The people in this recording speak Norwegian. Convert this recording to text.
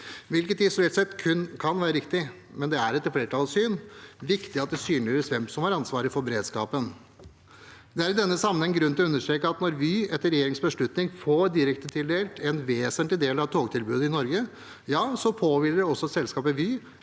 Det kan isolert sett være riktig, men det er etter flertallets syn viktig at det synliggjøres hvem som har ansvar for beredskapen. Det er i denne sammenheng grunn til å understreke at når Vy etter regjeringens beslutning får direktetildelt en vesentlig del av togtilbudet i Norge, påhviler det også selskapet Vy